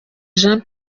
jean